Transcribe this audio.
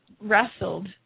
wrestled